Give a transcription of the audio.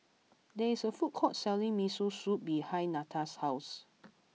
there is a food court selling Miso Soup behind Netta's house